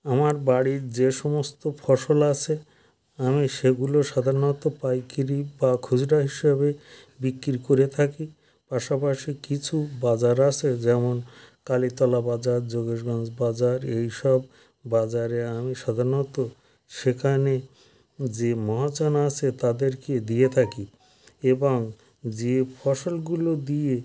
আমার বাড়ির যে সমস্ত ফসল আসে আমি সেগুলো সাধারণত পাইকারি বা খুচরা হিসাবে বিক্রি করে থাকি পাশাপাশি কিছু বাজার আসে যেমন কালীতলা বাজার যোগেশগঞ্জ বাজার এইসব বাজারে আমি সাধারণত সেখানে যে মহাজন আসে তাদেরকে দিয়ে থাকি এবং যে ফসলগুলো দিয়ে